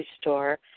store